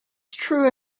true